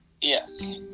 Yes